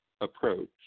approach